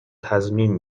تضمین